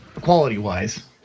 Quality-wise